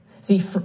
See